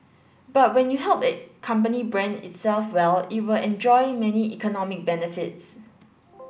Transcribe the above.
but when you help a company brand itself well it will enjoy many economic benefits